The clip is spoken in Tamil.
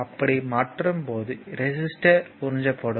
அப்படி மாற்றும் போது ரெசிஸ்டர் உறிஞ்சப்படும்